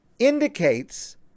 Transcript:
indicates